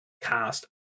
cast